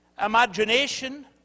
imagination